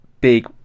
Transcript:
big